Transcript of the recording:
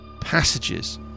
passages